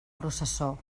processó